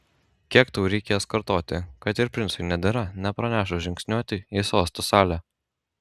kiek tau reikės kartoti kad ir princui nedera nepranešus žingsniuoti į sosto salę